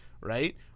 right